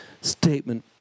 statement